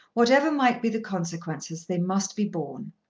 whatever might be the consequences, they must be borne.